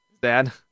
Dad